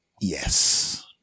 yes